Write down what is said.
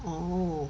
oh